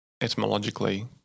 etymologically